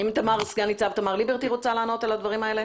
האם סנ"צ תמר ליברטי רוצה לענות על השאלה?